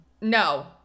no